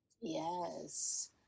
Yes